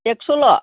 एक्स'ल'